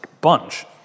bunch